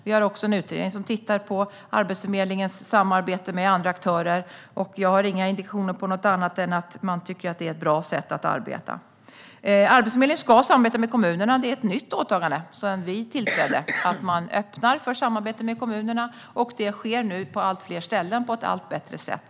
Vi har också en utredning som tittar på Arbetsförmedlingens samarbete med andra aktörer. Jag har inte fått några indikationer om någonting annat än att man tycker att det är ett bra sätt att arbeta. Arbetsförmedlingen ska samarbeta med kommunerna. Det är ett nytt åtagande sedan vi tillträdde, alltså att man öppnar för samarbete med kommunerna. Det sker nu på allt fler ställen på ett allt bättre sätt.